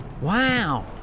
Wow